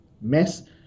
mess